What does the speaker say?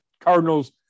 Cardinals